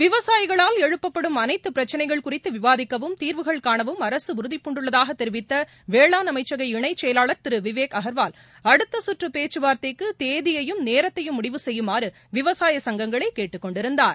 விவசாயிகளால் எழுப்பப்படும் அனைத்து பிரச்சினைகள் குறித்து விவாதிக்கவும் தீர்வுகள் காணவும் அரசு உறுதிபூண்டுள்ளதாக தெரிவித்த வேளாண் அமைச்சக இணைச் செயலாளர் திரு விவேக் அகர்வால் அடுத்த சுற்று பேச்சுவார்த்தைக்கு தேதியையும் நேரத்தையும் முடிவு செய்யுமாறு விவசாய சங்கங்களை கேட்டுக் கொண்டிருந்தார்